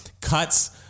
cuts